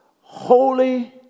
holy